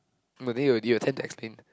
but then they will tend to explain